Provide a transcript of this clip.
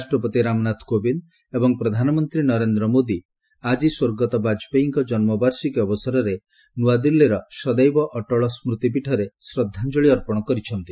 ରାଷ୍ଟ୍ରପତି ରାମନାଥ କୋବିନ୍ଦ ଏବଂ ପ୍ରଧାନମନ୍ତ୍ରୀ ନରେନ୍ଦ୍ର ମୋଦୀ ଆଜି ସ୍ୱର୍ଗତଃ ବାଜପେୟୀଙ୍କ ଜନ୍ମବାର୍ଷିକୀ ଅବସରରେ ନୂଆଦିଲ୍ଲୀର ସଦୈବ ଅଟଳ ସ୍କୃତି ପୀଠରେ ଶ୍ରଦ୍ଧାଞ୍ଜଳି ଅର୍ପଣ କରିଛନ୍ତି